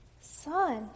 Son